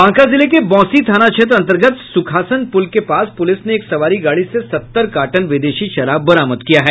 बांका जिले के बौंसी थाना क्षेत्र अंतर्गत सुखासन पुल के पास पुलिस ने एक सवारी गाड़ी से सत्तर कार्टन विदेशी शराब बरामद किया है